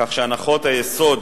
כך הנחות היסוד